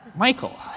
michael,